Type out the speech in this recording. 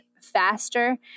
faster